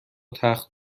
تخت